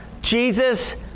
Jesus